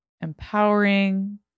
Empowering